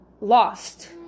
lost